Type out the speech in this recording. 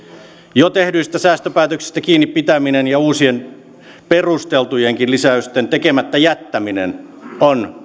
jo tehdyistä säästöpäätöksistä kiinni pitäminen ja uusien perusteltujenkin lisäysten tekemättä jättäminen on